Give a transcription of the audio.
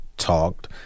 talked